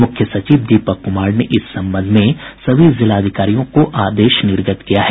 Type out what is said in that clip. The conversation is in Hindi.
मुख्य सचिव दीपक कुमार ने इस संबंध में सभी जिलाधिकारियों को आदेश निर्गत किया है